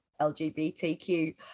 LGBTQ